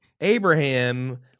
Abraham